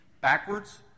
backwards